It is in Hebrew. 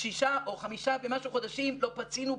שישה חודשים לא פצינו פה,